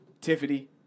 Tiffany